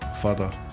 father